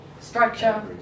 Structure